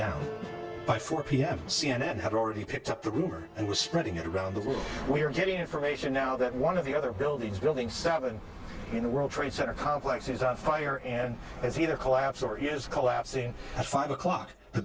down by four p m c n n had already picked up the rumor and was spreading it around the world we are getting information now that one of the other buildings building seven in the world trade center complex is on fire and it's either collapse or yes collapsing at five o'clock the